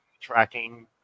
tracking